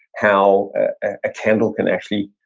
how a candle can actually